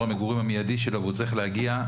המגורים המיידי שלו והוא צריך להגיע,